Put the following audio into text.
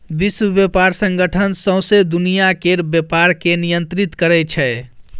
विश्व बेपार संगठन सौंसे दुनियाँ केर बेपार केँ नियंत्रित करै छै